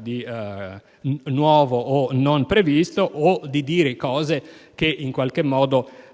di nuovo o non previsto, o che dica cose che